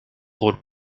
rôle